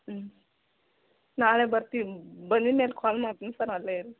ಹ್ಞೂ ನಾಳೆ ಬರ್ತೀವಿ ಬನ್ನಿ ಮೇಲೆ ಕಾಲ್ ಮಾಡ್ತೀನಿ ಸರ್ ಅಲ್ಲೆ ಇರಿ